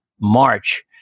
march